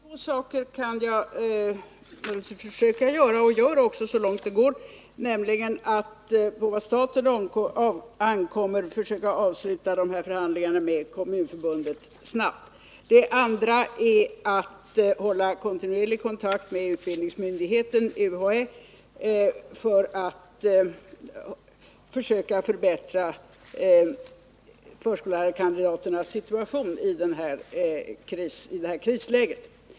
Herr talman! Två saker kan jag försöka göra och gör också så långt det går, för det första att göra vad på staten ankommer för att förhandlingarna med kommunförbunden snabbt skall kunna avslutas, för det andra att hålla kontinuerlig kontakt med utbildningsmyndigheten, UHÄ, för att försöka förbättra förskollärarkandidaternas situation i det här krisläget.